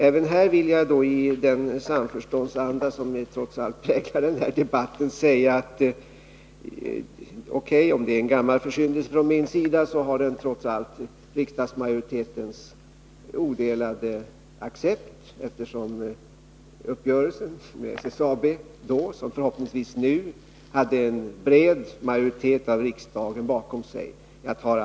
Jag vill då, i den samförståndsanda som trots allt präglar den här debatten, säga: O.K. — om det är en gammal försyndelse från min sida har den trots allt riksdagsmajoritetens odelade accept. Uppgörelsen med SSAB hade ju en bred riksdagsmajoritet bakom sig, och jag hoppas att detsamma skall bli fallet nu.